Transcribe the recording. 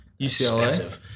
UCLA